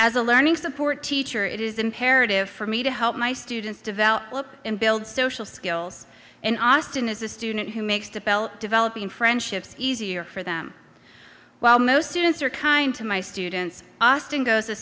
as a learning support teacher it is imperative for me to help my students develop and build social skills in austin as a student who makes the bell developing friendships easier for them while most students are kind to my students austin goes a